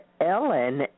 Ellen